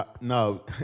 No